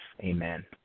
Amen